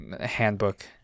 handbook